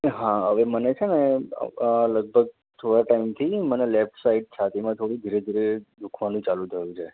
હા હવે મને છે ને લગભગ થોડા ટાઈમથી મને લેફ્ટ સાઈડ છાતીમાં થોડું ધીરે ધીરે દુઃખવાનું ચાલું થયું છે